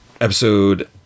Episode